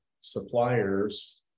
suppliers